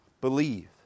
believe